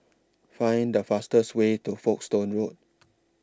Find The fastest Way to Folkestone Road